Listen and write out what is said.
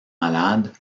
malades